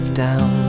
down